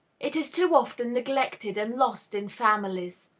it is too often neglected and lost in families.